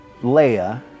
Leia